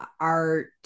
art